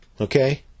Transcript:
okay